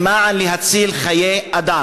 וכולנו יכולים להתגייס למען הצלת חיי אדם.